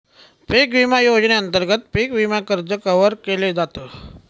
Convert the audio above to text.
पिक विमा योजनेअंतर्गत पिक विमा कर्ज कव्हर केल जात